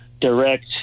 direct